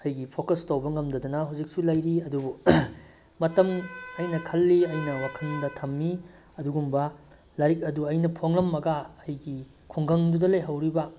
ꯑꯩꯒꯤ ꯐꯣꯀꯁ ꯇꯧꯕ ꯉꯝꯗꯗꯅ ꯍꯧꯖꯤꯛꯁꯨ ꯂꯩꯔꯤ ꯑꯗꯨꯕꯨ ꯃꯇꯝ ꯑꯩꯅ ꯈꯜꯂꯤ ꯑꯩꯅ ꯋꯥꯈꯜꯗ ꯊꯝꯃꯤ ꯑꯗꯨꯒꯨꯝꯕ ꯂꯥꯏꯔꯤꯛ ꯑꯗꯨ ꯑꯩꯅ ꯐꯣꯡꯂꯝꯃꯒ ꯑꯩꯒꯤ ꯈꯨꯡꯒꯪꯗꯨꯗ ꯂꯩꯍꯧꯔꯤꯕ